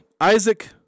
Isaac